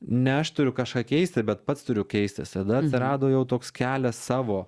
ne aš turiu kažką keisti bet pats turiu keistis tada atsirado jau toks kelias savo